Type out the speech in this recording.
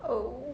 oh